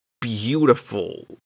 beautiful